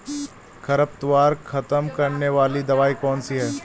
खरपतवार खत्म करने वाली दवाई कौन सी है?